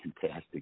fantastic